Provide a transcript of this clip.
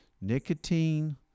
Nicotine